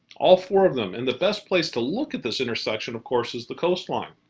all four of them. and the best place to look at this intersection, of course, is the coastline.